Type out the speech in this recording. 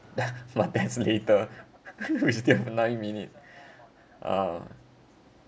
that but that's later we still have nine minute ah